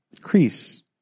crease